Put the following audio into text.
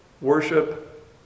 worship